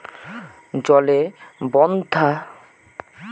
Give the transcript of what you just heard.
জলে বস্থাপনাচাষের জন্য ঠিক করে নেওয়া হয়